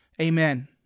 amen